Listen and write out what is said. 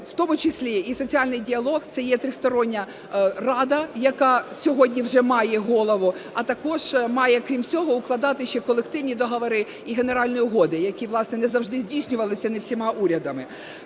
у тому числі і соціальний діалог, це є тристороння рада, яка сьогодні вже має голову, а також має, крім всього, укладати ще колективні договори і генеральні угоди, які, власне, не завжди здійснювалися, не всіма урядами.